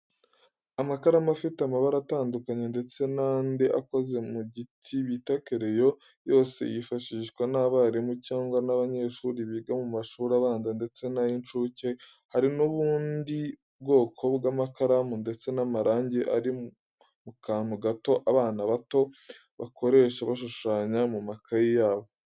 Amakaramu afite amabara atandukanye, ndetse n'andi akoze mu giti bita kereyo, yose yifashishwa n'abarimu cyangwa n'abanyeshuri biga mu mashuri abanza ndetse n'ay'incuke, hari n'ubundi bwoko bw'amakaramu, ndetse n'amarangi ari mu kantu gato abana bato bakoresha bashushanya mu makayi yabo.